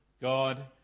God